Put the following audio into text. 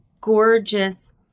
gorgeous